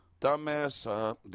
Dumbass